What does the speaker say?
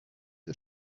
ist